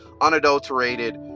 unadulterated